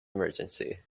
emergency